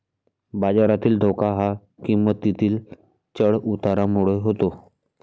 बाजारातील धोका हा किंमतीतील चढ उतारामुळे होतो